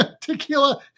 tequila